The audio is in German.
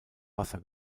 wasser